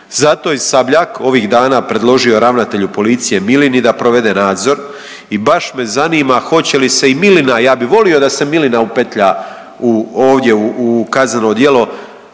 Zato je Sabljak ovih dana predložio ravnatelju policiji Milini da provede nadzor i baš me zanima hoće li se i Milina, ja bi volio da se Milina upetlja ovdje u kazneno djelo